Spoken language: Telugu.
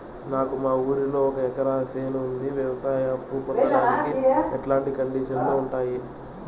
నాకు మా ఊరిలో ఒక ఎకరా చేను ఉంది, వ్యవసాయ అప్ఫు పొందడానికి ఎట్లాంటి కండిషన్లు ఉంటాయి?